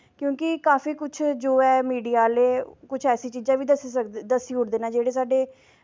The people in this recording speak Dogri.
क्योंकि काफी कुछ जो ऐ मिडिया आह्ले कुछ ऐसी चीज़ां बी दस्सी ओड़दे न जेह्ड़े साढ़े